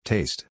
Taste